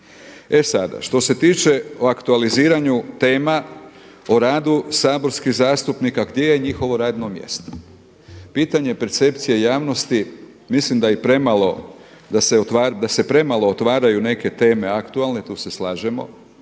E sada, što se tiče o aktualiziranju tema o radu saborskih zastupnika gdje je njihovo radno mjesto. Pitanje percepcije javnosti mislim da se premalo otvaraju neke teme aktualne, tu se slažemo